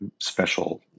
special